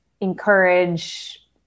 encourage